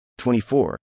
24